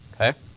Okay